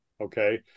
okay